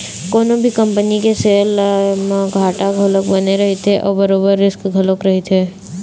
कोनो भी कंपनी के सेयर ल ले म घाटा घलोक बने रहिथे अउ बरोबर रिस्क घलोक रहिथे